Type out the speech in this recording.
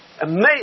amazing